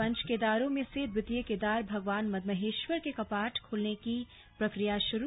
पंचकेदारों में से द्वितीय केदार भागवान मद्महेश्वर के कपाट खुलने की प्रक्रिया शुरू